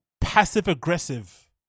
passive-aggressive